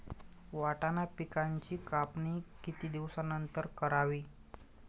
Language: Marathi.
वाटाणा पिकांची कापणी किती दिवसानंतर करावी?